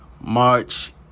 March